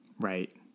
Right